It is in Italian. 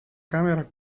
camera